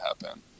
happen